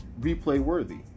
replay-worthy